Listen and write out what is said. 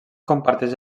comparteix